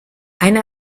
eine